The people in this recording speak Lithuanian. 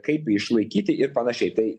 kaip išlaikyti ir panašiai tai